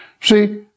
See